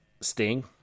Sting